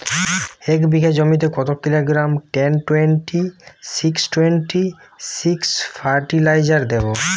এক বিঘা জমিতে কত kilogram ten twenty six twenty six fertiliser দেবো?